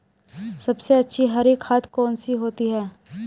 सबसे अच्छी हरी खाद कौन सी होती है?